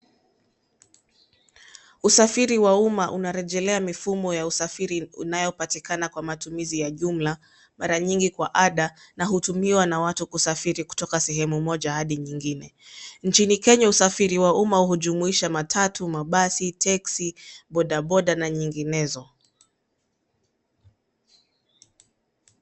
Usafiri wa umma unarejelea mifumo ya usafiri unayopatikana kwa matumizi ya jumla, mara nyingi kwa ada na hutumiwa na watu kusafiri kutoka sehemu moja hadi nyingine. Nchini Kenya usafiri ya umma hujumuisha matatu, mabasi, teksi ,boda boda na nyinginezo.